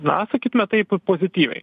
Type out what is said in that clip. na sakytume taip pozityviai